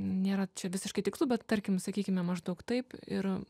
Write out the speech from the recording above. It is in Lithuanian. nėra čia visiškai tikslu bet tarkim sakykime maždaug taip ir